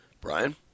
Brian